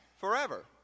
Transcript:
forever